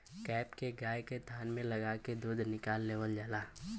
cap के गाय के थान में लगा के दूध निकाल लेवल जाला